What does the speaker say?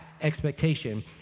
expectation